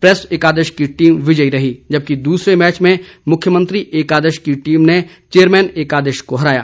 press एकादश की team विजयी रही जबकि दूसरे मैच में मुख्यमंत्री एकादश की टीम ने चेयरमैन एकादश को हराया